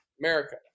America